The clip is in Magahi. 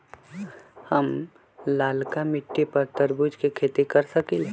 हम लालका मिट्टी पर तरबूज के खेती कर सकीले?